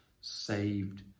saved